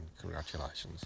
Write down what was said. congratulations